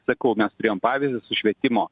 sakau mes turėjom pavyzdį su švietimo